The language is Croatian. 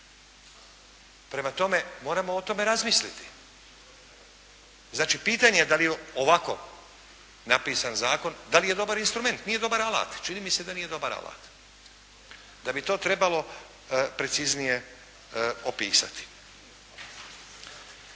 Prema tome, moramo o tome razmisliti. Znači, pitanje je da li ovako napisan zakon da li je dobar instrument. Nije dobar alat. Čini mi se da nije dobar alat, da bi to trebalo preciznije opisati.